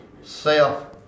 Self